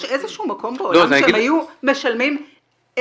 יש איזה שהוא מקום בעולם שהם היו משלמים אפס?